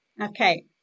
Okay